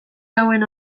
hauen